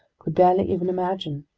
could barely even imagine.